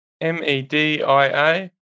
M-E-D-I-A